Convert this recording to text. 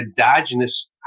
endogenous